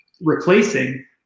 replacing